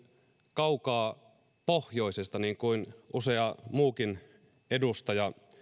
kaukaa pohjoisesta niin kuin usea muukin edustaja